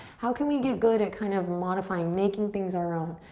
how can we get good at kind of modifying, making things our own,